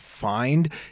find